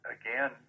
again